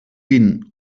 vint